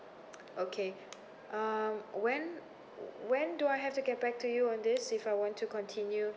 okay uh when when do I have to get back to you on this if I want to continue